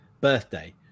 birthday